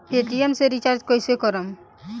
Paytm से recharge कईसे करम?